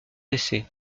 décès